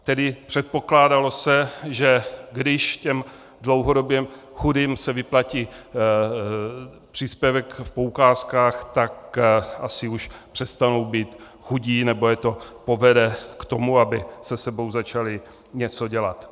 Tedy předpokládalo se, že když těm dlouhodobě chudým se vyplatí příspěvek v poukázkách, tak asi už přestanou být chudí nebo je to povede k tomu, aby se sebou začali něco dělat.